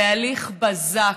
בהליך בזק,